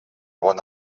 bon